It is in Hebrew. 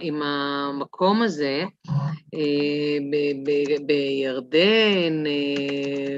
עם המקום הזה בירדן.